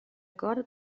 cor